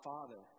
Father